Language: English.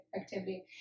activity